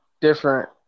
different